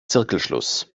zirkelschluss